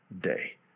day